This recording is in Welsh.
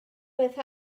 beth